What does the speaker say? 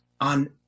on